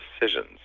decisions